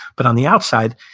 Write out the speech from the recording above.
but on the outside,